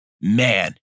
Man